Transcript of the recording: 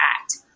act